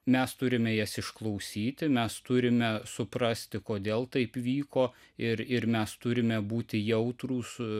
mes turime jas išklausyti mes turime suprasti kodėl taip vyko ir ir mes turime būti jautrūs